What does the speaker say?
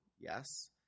Yes